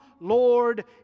Lord